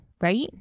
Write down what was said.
right